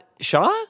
Shaw